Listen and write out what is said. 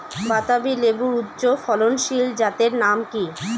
বাতাবি লেবুর উচ্চ ফলনশীল জাতের নাম কি?